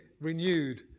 renewed